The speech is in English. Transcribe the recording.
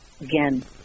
Again